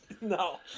No